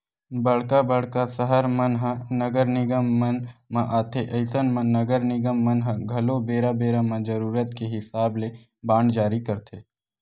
बड़का बड़का सहर मन ह नगर निगम मन म आथे अइसन म नगर निगम मन ह घलो बेरा बेरा म जरुरत के हिसाब ले बांड जारी करथे